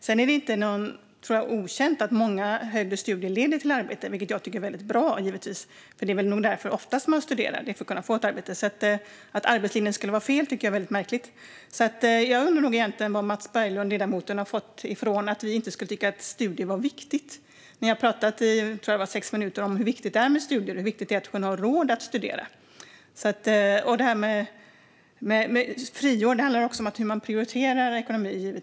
Sedan tror jag inte att det är okänt att många högre studier leder till arbete, vilket jag givetvis tycker är väldigt bra. Det är väl oftast därför man studerar: för att kunna få ett arbete. Att arbetslinjen skulle vara fel tycker jag därför är väldigt märkligt. Jag undrar varifrån ledamoten Mats Berglund har fått att vi inte skulle tycka att studier är viktigt. Jag pratade i sex minuter om hur viktigt det är med studier och att kunna ha råd att studera. Det här med friår handlar givetvis också om hur man prioriterar ekonomin.